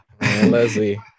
Leslie